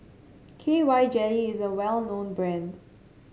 K Y Jelly is a well known brand